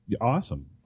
Awesome